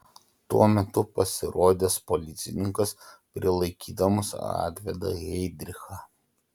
tuo metu pasirodęs policininkas prilaikydamas atveda heidrichą